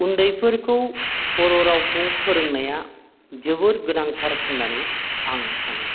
उन्दैफोरखौ बर' रावखौ फोरोंनाया जोबोर गोनांथार होननानै आं सानो